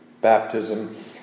baptism